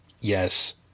Yes